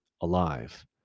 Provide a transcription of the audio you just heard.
alive